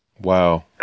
Wow